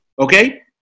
okay